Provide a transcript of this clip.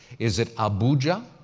is it abuja,